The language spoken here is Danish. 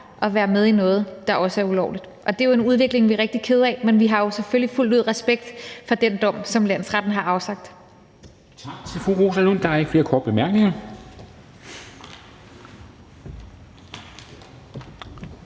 at være med i noget, der også er ulovligt. Og det er en udvikling, vi er rigtig kede af, men vi har jo selvfølgelig fuldt ud respekt for den dom, som landsretten har afsagt.